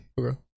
okay